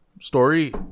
story